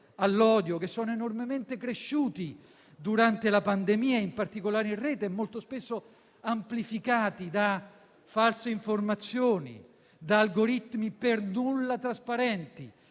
che sono enormemente cresciuti durante la pandemia, in particolare in rete, e molto spesso amplificati da false informazioni, da algoritmi per nulla trasparenti,